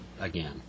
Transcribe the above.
again